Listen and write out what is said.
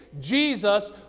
Jesus